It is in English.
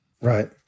Right